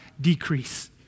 decrease